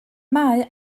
mae